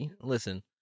Listen